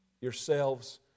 yourselves